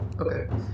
Okay